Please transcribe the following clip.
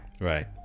Right